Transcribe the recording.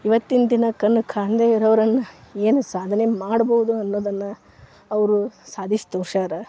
ಇವತ್ತಿನ ದಿನ ಕಣ್ಣು ಕಾಣದೇ ಇರೋರೆಲ್ಲ ಏನು ಸಾಧನೆ ಮಾಡ್ಬೋದು ಅನ್ನೋದನ್ನು ಅವರು ಸಾಧಿಸಿ ತೋರಿಸ್ಯಾರ